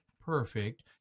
perfect